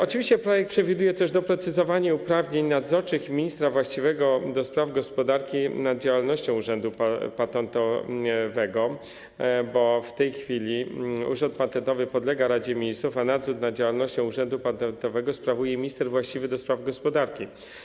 Oczywiście projekt przewiduje też doprecyzowanie uprawnień nadzorczych ministra właściwego do spraw gospodarki nad działalnością Urzędu Patentowego, bo w tej chwili Urząd Patentowy podlega Radzie Ministrów, a nadzór nad działalnością Urzędu Patentowego sprawuje minister właściwy do spraw gospodarki.